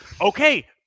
Okay